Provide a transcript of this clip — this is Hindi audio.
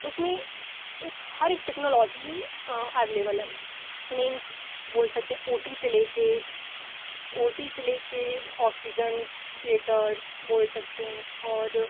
उसमें एक हर एक टेक्नोलॉजी ऐवलेवल है मीन्स बोल सकते हैं ओ टी से लेके ओ टी से लेके ऑक्सीजन थिएटर्स बोल सकते हैं और